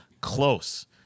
close